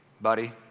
buddy